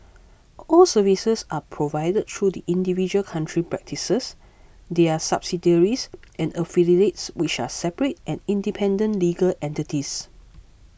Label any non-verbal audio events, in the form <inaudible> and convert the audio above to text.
all services are provided through the individual country practices their subsidiaries <noise> and affiliates which are separate and independent legal entities